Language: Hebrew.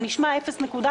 זה נשמע 0.3%,